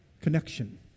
connection